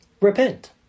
Repent